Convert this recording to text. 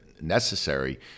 necessary